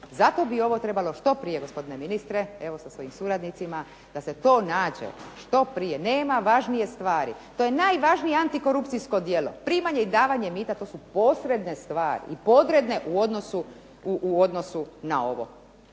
zato bi ovo trebalo što prije gospodine ministre sa suradnici, da se to nađe što prije, nema važnije stvari, to je najvažnije antikorupcijsko djelo, primanje i davanje mita to su posredne stvari i podredne u odnosu na ovo.